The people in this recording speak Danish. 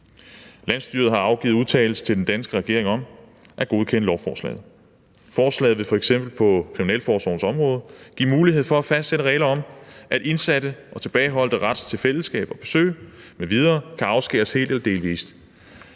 Landsstyret har afgivet udtalelse til den danske regering om at godkende lovforslaget. Forslaget vil f.eks. på kriminalforsorgens område give mulighed for at fastsætte regler om, at indsatte og tilbageholdtes ret til fællesskab og besøg m.v. kan afskæres helt eller delvis,